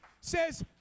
says